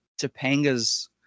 topanga's